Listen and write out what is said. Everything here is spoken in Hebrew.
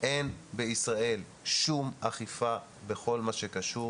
אין בישראל שום אכיפה בכל מה שקשור